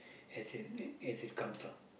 as in as it comes lah